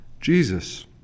Jesus